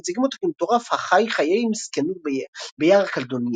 מציגים אותו כמטורף החי חיי מסכנות ביער קלדוניאן,